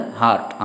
heart